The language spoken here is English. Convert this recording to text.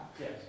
Yes